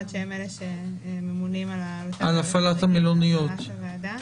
שהם אלה שממונים על הנושא של הפעלה של הוועדה.